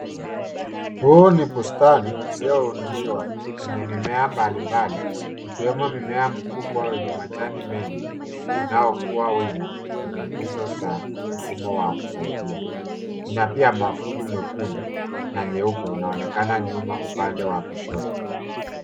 Huu ni bustani iliyoinuliwa yenye mimea yenye mimea mbalimbali ikiwemo mimea mkubwa wenye majani mengi unaokua wima kwenye nguzo za mfumo wa kusaidia. Kuna pia mwavuli mwekundu na nyeupe unaonekana nyuma upande wa kushoto.